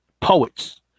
Poets